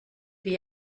wie